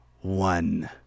one